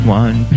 one